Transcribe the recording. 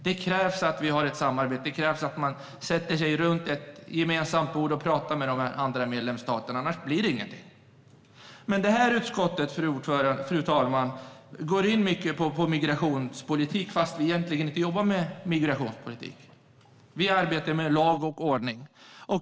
Det krävs att vi har ett samarbete och att man sätter sig runt ett gemensamt bord och pratar med de andra medlemsstaterna. Annars blir det ingenting. Fru talman! Utskottet går in mycket på migrationspolitik fastän vi egentligen inte jobbar med migrationspolitik. Vi arbetar med lag och ordning.